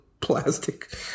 plastic